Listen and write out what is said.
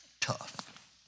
tough